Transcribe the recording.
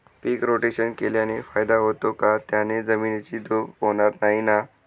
पीक rotation केल्याने फायदा होतो का? त्याने जमिनीची धूप होणार नाही ना?